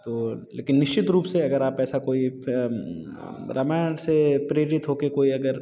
तो लेकिन निश्चित रूप से अगर आप ऐसा कोई रामायण से प्रेरित हो कर कोई अगर